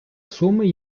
суми